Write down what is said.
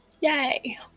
Yay